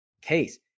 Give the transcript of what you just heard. case